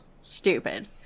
Stupid